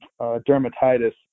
dermatitis